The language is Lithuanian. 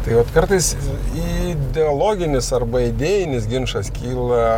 taip vat kartais ideologinis arba idėjinis ginčas kyla